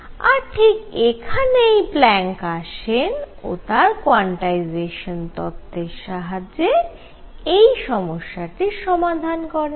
আর ঠিক এখানেই প্ল্যাঙ্ক আসেন ও তার কোয়ান্টাইজেশান তত্ত্বের সাহায্যে এই সমস্যাটির সমাধান করেন